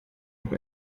noch